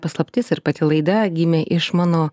paslaptis ir pati laida gimė iš mano